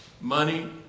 Money